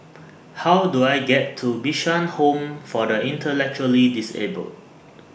How Do I get to Bishan Home For The Intellectually Disabled